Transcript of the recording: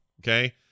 Okay